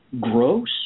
gross